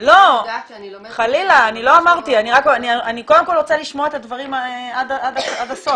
אני קודם כל רוצה לשמוע את הדברים עד הסוף.